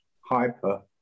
hyper